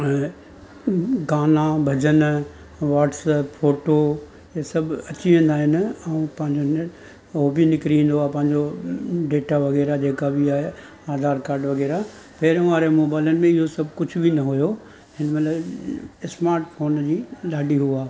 ऐं गाना भॼन वॉट्सप फोटो इहे सभु अची वेंदा आहिनि ऐं पंहिंजो उहो बि निकरी ईंदो आहे पंहिंजो डेटा वग़ैरह जेका बि आहे आधार काड वग़ैरह पहिरियों वारे मोबाइल में इहो सभु कुझ बि न हुओ हिन महिल स्माटफोन जी ॾाढी उहो आहे